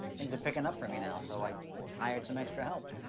things are pickin' up for me now, so i hired some extra help.